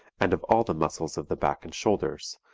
and of all the muscles of the back and shoulders,